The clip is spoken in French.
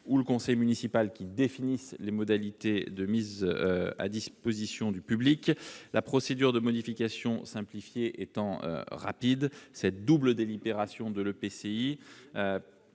ou le conseil municipal, qui définisse les modalités de mise à disposition du public. La procédure de modification simplifiée étant rapide, la double délibération de l'EPCI